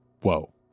Whoa